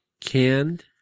canned